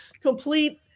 complete